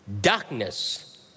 darkness